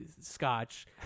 scotch